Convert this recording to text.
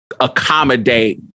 accommodate